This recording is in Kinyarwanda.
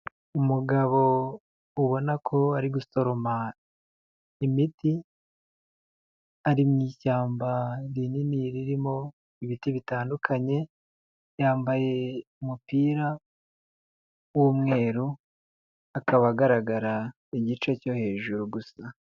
Umugabo ubona ko ari gusoroma imiti, ari mu ishyamba rinini ririmo ibiti bitandukanye, yambaye umupira w'umweru, akaba agaragara igice cyo hejuru gusa.